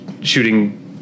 shooting